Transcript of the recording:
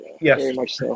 Yes